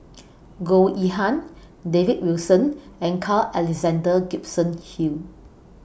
Goh Yihan David Wilson and Carl Alexander Gibson Hill